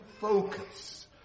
focus